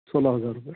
سولہ ہزار روپیے